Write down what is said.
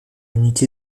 unité